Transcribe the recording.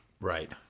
Right